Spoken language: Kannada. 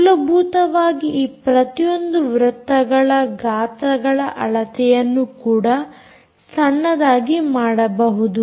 ಮೂಲಭೂತವಾಗಿ ಈ ಪ್ರತಿಯೊಂದು ವೃತ್ತಗಳ ಗಾತ್ರಗಳ ಅಳತೆಯನ್ನು ಕೂಡ ಸಣ್ಣದಾಗಿ ಮಾಡಬಹುದು